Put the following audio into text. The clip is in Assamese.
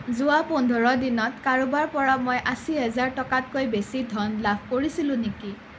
যোৱা পোন্ধৰ দিনত কাৰোবাৰ পৰা মই আশী হেজাৰ টকাতকৈ বেছি ধন লাভ কৰিছিলোঁ নেকি